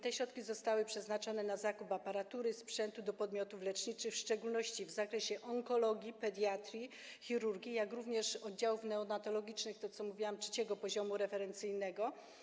Te środki zostały przeznaczone na zakup aparatury, sprzętu do podmiotów leczniczych, w szczególnie w zakresie onkologii, pediatrii, chirurgii, dotyczy to również oddziałów neonatologicznych, o czym mówiłam, III poziomu referencyjnego.